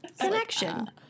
Connection